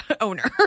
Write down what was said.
owner